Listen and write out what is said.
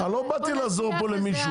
לא באתי לעזור פה למישהו.